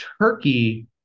Turkey